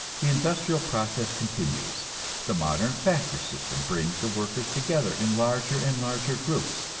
the industrial process continues the modern factory system brings the workers together in larger and larger groups,